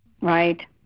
Right